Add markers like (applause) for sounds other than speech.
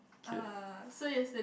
okay (breath)